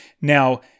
Now